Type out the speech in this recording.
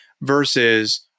versus